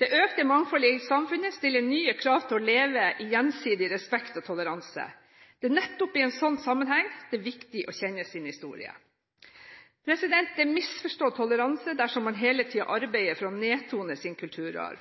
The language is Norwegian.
Det økte mangfoldet i samfunnet stiller nye krav til å leve i gjensidig respekt og toleranse. Det er nettopp i en sånn sammenheng det er viktig å kjenne sin historie. Det er misforstått toleranse dersom man hele tiden arbeider for å nedtone sin kulturarv.